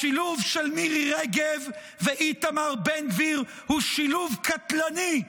השילוב של מירי רגב ואיתמר בן גביר הוא שילוב קטלני.